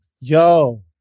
Yo